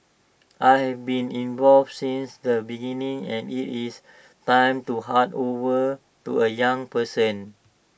I have been involved since the beginning and IT is time to hand over to A young person